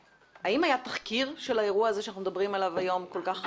האם היה תחקיר של האירוע הזה שאנחנו מדברים עליו היום כל כך הרבה?